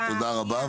תודה רבה.